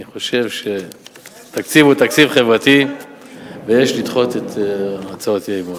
אני חושב שהתקציב הוא תקציב חברתי ויש לדחות את הצעות האי-אמון.